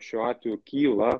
šiuo atveju kyla